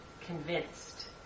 convinced